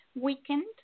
weekend